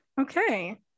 Okay